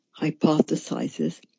hypothesizes